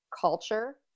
culture